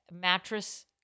mattress